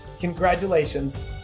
congratulations